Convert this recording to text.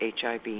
HIV